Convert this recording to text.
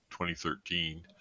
2013